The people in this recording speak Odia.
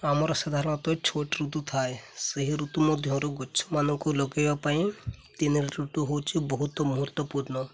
ଆମର ସାଧାରଣତଃ ଛୋଟ ଋତୁ ଥାଏ ସେହି ଋତୁ ମଧ୍ୟରୁ ଗଛମାନଙ୍କୁ ଲଗାଇବା ପାଇଁ ତିନି ଋତୁ ହେଉଛି ବହୁତ ମୁହୂର୍ତ୍ତପୂର୍ଣ୍ଣ